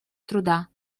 труда